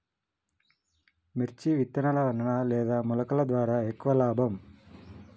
మిర్చి విత్తనాల వలన లేదా మొలకల ద్వారా ఎక్కువ లాభం?